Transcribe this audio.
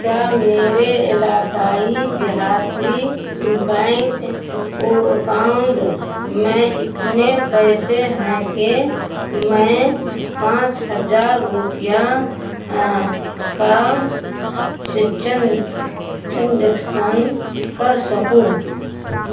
کیا میرے علاقائی دہاتی بینک اکاؤنڈ میں اتنے پیسے ہیں کہ میں پانچ ہزار روپیہ کا چنڈکسن کر سکوں